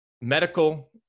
medical